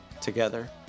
together